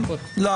כן.